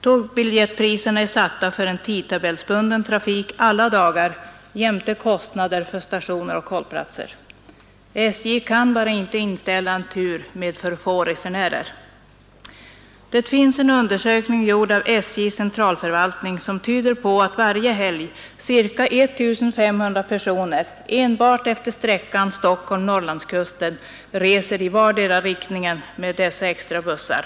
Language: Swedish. Tågbiljettpriserna är satta för en tidtabellsbunden trafik alla dagar jämte kostnader för stationer och hållplatser. SJ kan bara inte inställa en tur med för få resenärer. Det finns en undersökning, gjord av SJ:s centralförvaltning, som tyder på att varje helg ca 1 500 personer enbart efter sträckan mellan Stockholm och Norrlandskusten reser i vardera riktningen med dessa extra bussar.